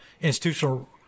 Institutional